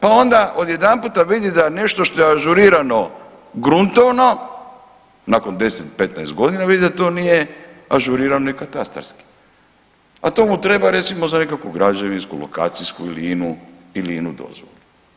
Pa onda odjedanputa vidi da nešto što je ažurirano gruntovno, nakon 10, 15 godina vidi da to nije ažurirano i katastarski, a to mu treba, recimo, za nekakvu građevinsku, lokacijsku ili inu dozvolu.